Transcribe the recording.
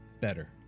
better